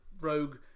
rogue